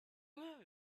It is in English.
marry